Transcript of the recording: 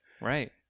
right